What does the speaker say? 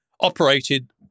operated